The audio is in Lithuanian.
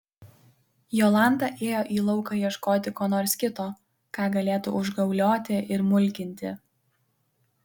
jolanta ėjo į lauką ieškoti ko nors kito ką galėtų užgaulioti ir mulkinti